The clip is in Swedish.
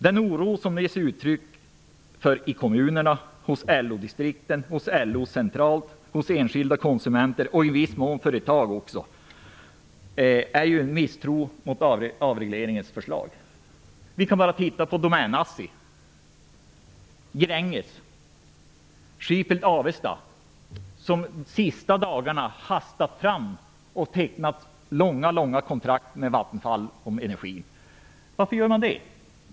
Den oro som det ges uttryck för i kommunerna, hos LO-distrikten, hos LO centralt, bland enskilda konsumenter och i viss mån också hos företag visar på en misstro mot avregleringsförslaget. Vi kan titta på Assi Domän, Gränges och Avesta Sheffield. De har de sista dagarna hastat fram och tecknat långa kontrakt om energi med Vattenfall. Varför gör man det?